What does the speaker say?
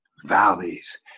Valleys